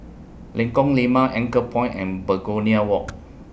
Lengkong Lima Anchorpoint and Begonia Walk